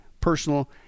personal